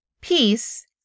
Peace